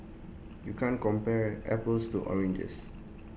you can't compare apples to oranges